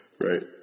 Right